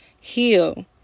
heal